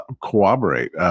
cooperate